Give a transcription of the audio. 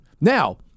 Now